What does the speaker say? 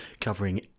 covering